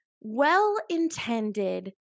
well-intended